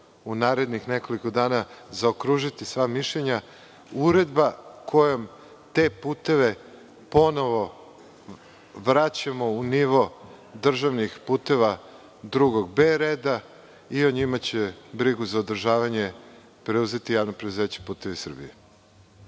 u narednih nekoliko dana zaokružiti sva mišljenja, uredba kojom te puteve ponovo vraćamo u nivo državnih puteva drugog B reda i o njima će brigu za održavanje preuzeti JP „Putevi Srbije“.